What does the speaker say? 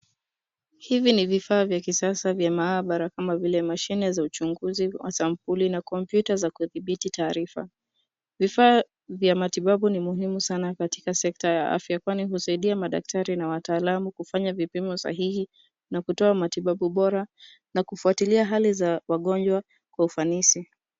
Hivi ni vifaa vya kisasa vya maabara kama vile mashine za uchunguzi wa sampuli na kompyuta za kudhibiti taarifa. Vifa vya matibabu ni muhimu sana katika sekta ya afya kwani husaidia madaktari na wataalamu kufanya vipimo sahihi, na kutoa matibabu bora, na kufuatilia hali za wagonjwa kwa ufanisi.